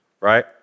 right